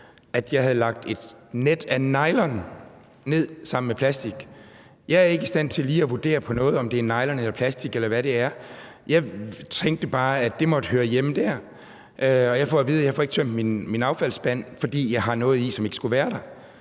at jeg havde lagt et net af nylon ned sammen med plastik. Jeg er ikke i stand til lige at vurdere, om noget er nylon eller plastik, eller hvad det er; jeg tænkte bare, at det måtte høre hjemme der. Men jeg får at vide, at jeg ikke får tømt min overfaldsmand, fordi jeg har noget i, som ikke skulle være der.